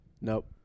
Nope